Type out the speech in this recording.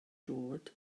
dod